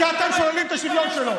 כי אתם שוללים את השוויון שלו.